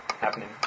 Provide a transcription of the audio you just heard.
happening